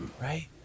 Right